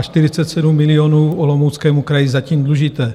47 milionů Olomouckému kraji zatím dlužíte.